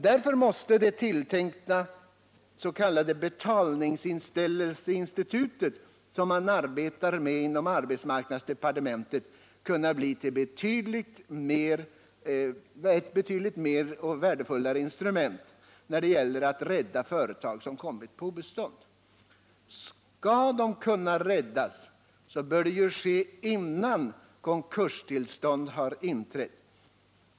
Därför måste det tilltänkta s.k. betalningsinställelseinstitutet, som man arbetar med inom arbetsmarknadsdepartementet, kunna bli ett betydligt mer värdefullt instrument när det gäller att kunna rädda företag som kommit på obestånd. Skall de kunna räddas, bör det ju ske innan konkurstillstånd har inträtt.